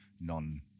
non